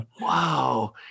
Wow